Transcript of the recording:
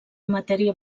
matèria